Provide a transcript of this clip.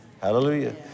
Hallelujah